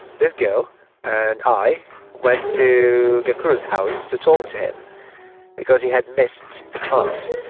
this girl and i went to gakuru's house to talk to him because he had missed the class